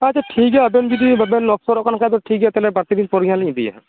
ᱟᱪᱪᱷᱟ ᱴᱷᱤᱠ ᱜᱮᱭᱟ ᱟᱵᱮᱱ ᱡᱩᱫᱤ ᱵᱟᱵᱮᱱ ᱚᱯᱥᱚᱨᱚᱜ ᱠᱟᱱ ᱠᱷᱟᱡ ᱫᱚ ᱴᱷᱤᱠ ᱜᱮᱭᱟ ᱛᱟᱦᱚᱞᱮ ᱵᱟᱨᱥᱤᱧ ᱯᱚᱨᱮ ᱦᱟᱸᱜ ᱞᱤᱧ ᱤᱫᱤᱭᱟ